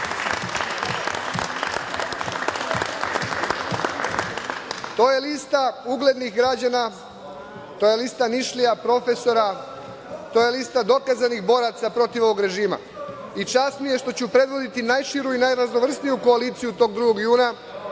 To je lista uglednih građana. To je lista Nišlija profesora. To je lista dokazanih boraca protiv ovog režima. Čast mi je što ću predvoditi najširu i najraznovrsniju koaliciju tog 2. juna